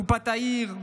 קופת העיר,